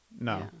no